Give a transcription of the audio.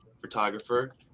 photographer